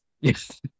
Yes